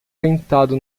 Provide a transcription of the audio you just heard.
sentado